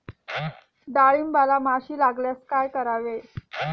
डाळींबाला माशी लागल्यास काय करावे?